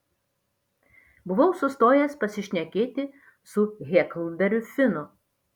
buvau sustojęs pasišnekėti su heklberiu finu